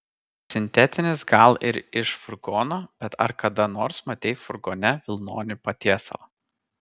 sintetinis gal ir iš furgono bet ar kada nors matei furgone vilnonį patiesalą